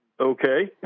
Okay